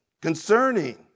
concerning